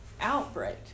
outbreak